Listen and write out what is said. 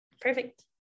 perfect